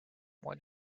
what